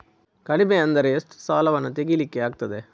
ಕಡಿಮೆ ಅಂದರೆ ಎಷ್ಟು ಸಾಲವನ್ನು ತೆಗಿಲಿಕ್ಕೆ ಆಗ್ತದೆ?